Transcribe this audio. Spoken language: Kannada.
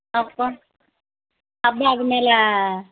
ಹಬ್ಬ ಹಬ್ಬ ಆದಮೇಲಾ